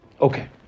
Okay